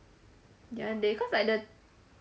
ya they cause like the